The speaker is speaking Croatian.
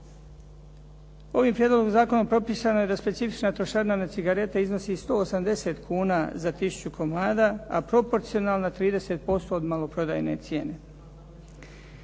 Ovim prijedlogom zakona propisano je da specifična trošarina na cigarete iznosi 180 kuna za tisuću komada, a proporcionalna 30% od maloprodajne cijene.